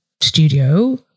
studio